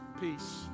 peace